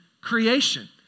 creation